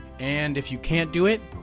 and if you can't do it,